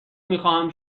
میخواهم